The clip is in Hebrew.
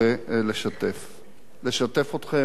אתכם בפרק הזה של חייו.